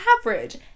average